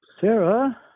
Sarah